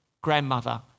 grandmother